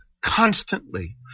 constantly